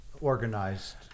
organized